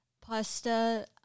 pasta